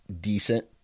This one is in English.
decent